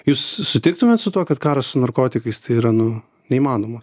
jūs sutiktumėt su tuo kad karas su narkotikais tai yra nu neįmanoma